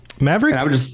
Maverick